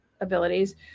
abilities